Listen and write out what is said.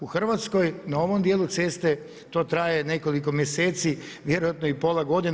U Hrvatskoj na ovom dijelu ceste to traje nekoliko mjeseci, vjerojatno i pola godine.